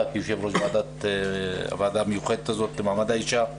כיושב-ראש הוועדה המיוחדת הזאת במעמד האישה.